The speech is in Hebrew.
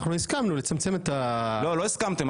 הסכמנו לצמצם --- לא, לא הסכמתם.